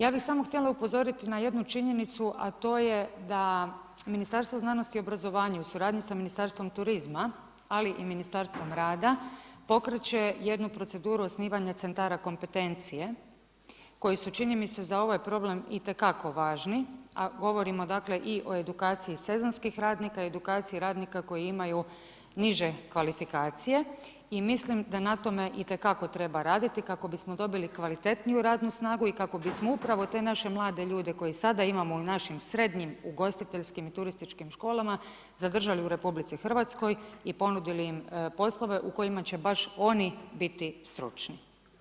Ja bih samo htjela upozoriti na jednu činjenicu, a to je da Ministarstvo znanosti i obrazovanja u suradnji sa Ministarstvom turizma, ali i Ministarstvom rada pokreće jednu proceduru osnivanja centara kompetencije koji su čini mi se za ovaj problem itekako važni, a govorimo i o edukaciji sezonskih radnika, edukaciji radnika koji imaju niže kvalifikacije i mislim da na tome itekako treba raditi kako bismo dobili kvalitetniju radnu snagu i kako bismo upravo te naše mlade ljude koje sada imamo u našim srednjim ugostiteljskim i turističkim školama zadržali u RH i ponudili im poslove u kojima će baš oni biti stručni.